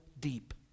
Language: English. deep